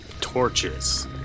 torches